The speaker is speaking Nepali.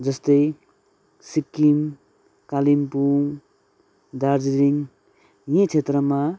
जस्तै सिक्किम कालिम्पोङ दार्जीलिङ यी क्षेत्रमा